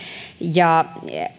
ja